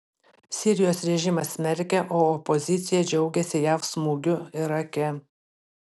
sirijos režimas smerkia o opozicija džiaugiasi jav smūgiu irake